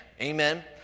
Amen